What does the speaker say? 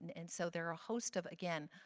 and and so there are a host of, again,